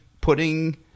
putting